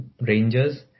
Rangers